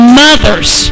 mothers